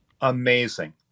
amazing